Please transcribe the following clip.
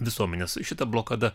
visuomenės šita blokada